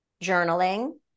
journaling